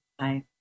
Hi